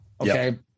Okay